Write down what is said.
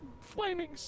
flaming